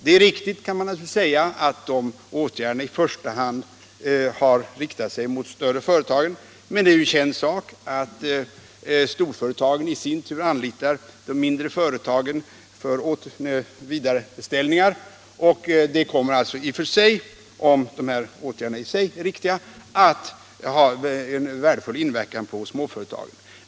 Man kan naturligtvis säga att åtgärderna i första hand gäller de större företagen, men det är ju en känd sak att storföretagen i sin tur anlitar de mindre företagen vid vidarebeställningar. Om de här åtgärderna i och för sig är riktiga kommer de därför att ha en värdefull inverkan också på småföretagen.